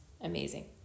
amazing